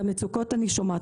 את המצוקות אני שומעת,